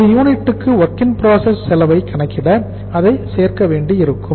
ஒரு யூனிட்டுக்கு WIP செலவை கணக்கிட அதை சேர்க்க வேண்டியிருக்கும்